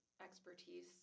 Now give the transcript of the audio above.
expertise